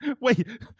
Wait